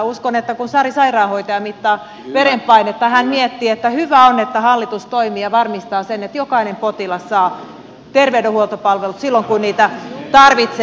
uskon että kun sari sairaanhoitaja mittaa verenpainetta hän miettii että hyvä on että hallitus toimii ja varmistaa sen että jokainen potilas saa terveydenhuoltopalvelut silloin kun niitä tarvitsee